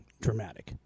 dramatic